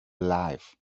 alive